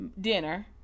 dinner